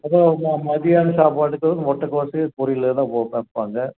அதைவுட்டா மதியானம் சாப்பாட்டுக்கு முட்டைகோஸு பொரியல் வேணா போட்டு சமைப்பாங்க